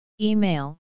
Email